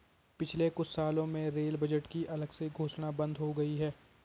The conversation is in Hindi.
पिछले कुछ सालों में रेल बजट की अलग से घोषणा बंद हो गई है